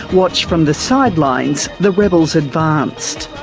watched from the sidelines, the rebels advanced.